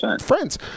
friends